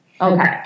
okay